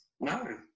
No